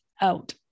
out